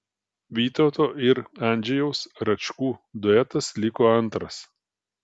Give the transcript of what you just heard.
vytauto ir andžejaus račkų duetas liko antras